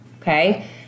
okay